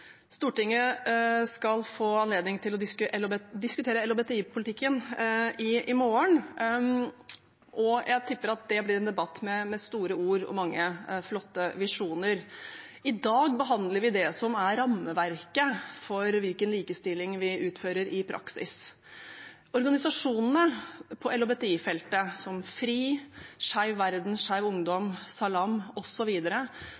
Stortinget skal få anledning til å diskutere LHBTI-politikken i morgen, og jeg tipper at det blir en debatt med store ord og mange flotte visjoner. I dag behandler vi rammeverket for hvilken likestilling vi utfører i praksis. Organisasjonene på LHBTI-feltet, som FRI, Skeiv Verden, Skeiv